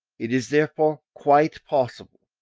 it is therefore quite possible